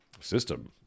system